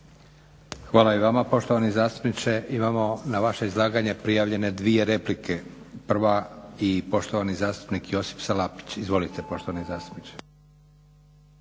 Hvala i vama. Poštovani zastupniče imamo na vaše izlaganje prijavljene 2 replika. Prva i poštovani zastupnik Josip Salapić. Izvolite poštovani zastupniče.